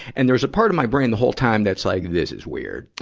and there's a part of my brain, the whole time, that's like, this is weird.